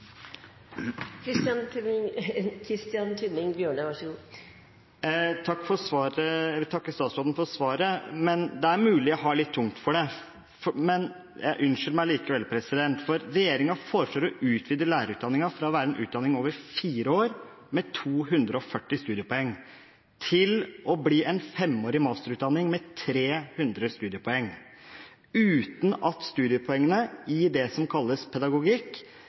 Jeg vil takke statsråden for svaret. Det er mulig jeg har litt tungt for det, men unnskyld meg likevel, for regjeringen foreslår å utvide lærerutdanningen fra å være en utdanning over fire år med 240 studiepoeng til å bli en femårig masterutdanning med 300 studiepoeng, uten at studiepoengene i det som kalles pedagogikk